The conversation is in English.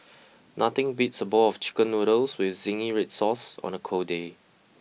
nothing beats a bowl of chicken noodles with zingy red sauce on a cold day